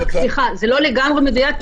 זה לא לגמרי מדויק.